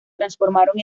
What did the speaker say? transformaron